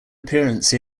appearance